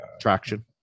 traction